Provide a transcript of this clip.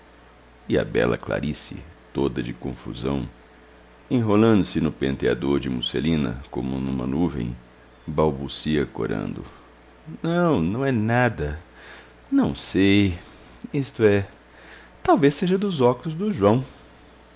e a bela clarice toda de confusão enrolando se no penteador de musselina como numa nuvem balbucia corando não não é nada não sei isto é talvez seja dos óculos do joão